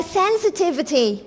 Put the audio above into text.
sensitivity